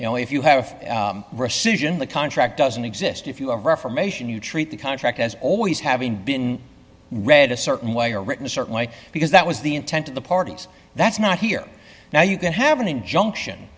you know if you have rescission the contract doesn't exist if you are reformation you treat the contract as always having been read a certain way or written a certain way because that was the intent of the parties that's not here now you can have an injunction